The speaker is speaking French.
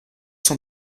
sont